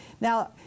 Now